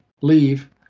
leave